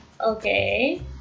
Okay